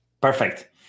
Perfect